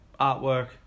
artwork